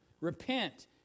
Repent